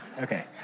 Okay